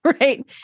Right